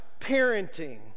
parenting